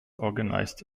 organized